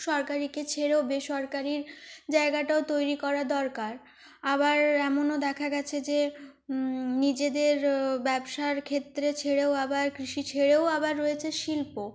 সরকারিকে ছেড়েও বেসরকারির জায়গাটাও তৈরি করা দরকার আবার এমনও দেখা গেছে যে নিজেদের ব্যবসার ক্ষেত্রে ছেড়েও আবার কৃষি ছেড়েও আবার রয়েছে শিল্প